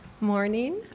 Morning